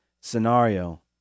scenario